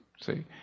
See